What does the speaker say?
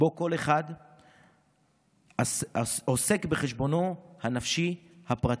שבו כל אחד עוסק בחשבונו הנפשי הפרטי.